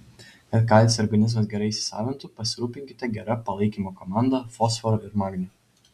kad kalcį organizmas gerai įsisavintų pasirūpinkite gera palaikymo komanda fosforu ir magniu